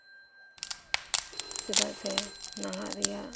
ᱪᱮᱫᱟᱜ ᱥᱮ ᱱᱟᱦᱟᱜ ᱨᱮᱭᱟᱜ